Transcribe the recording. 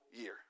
year